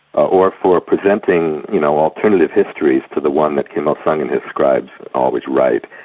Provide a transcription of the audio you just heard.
or for presenting you know alternative histories to the one that kim il-sung and describes, always right,